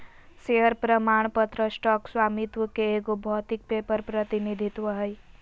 share प्रमाण पत्र stock स्वामित्व के एगो भौतिक पेपर प्रतिनिधित्व हइ